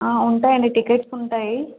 ఆ ఉంటాయండి టికెట్స్ ఉంటాయి